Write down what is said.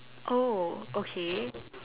oh okay